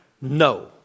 No